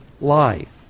life